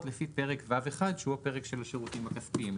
לפי פרק ו'1 שהוא הפרק של השירותים הכספיים.